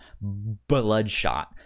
Bloodshot